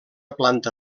planta